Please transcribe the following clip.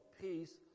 peace